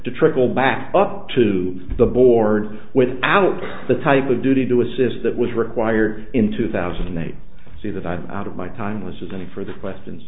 to trickle back up to the board without the type of duty to assist that was required in two thousand and eight see that i'm out of my time listening for the questions